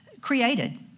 created